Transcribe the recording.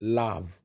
love